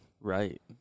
Right